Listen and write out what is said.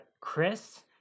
Chris